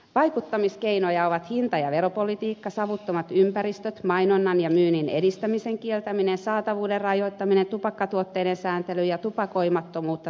vaikuttamiskeinoja ovat hinta ja veropolitiikka savuttomat ympäristöt mainonnan ja myynnin edistämisen kieltäminen saatavuuden rajoittaminen tupakkatuotteiden sääntely ja tupakoimattomuutta tukeva viestintä